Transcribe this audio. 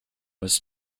was